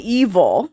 evil